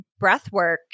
breathwork